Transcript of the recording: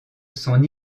son